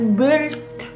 built